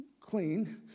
clean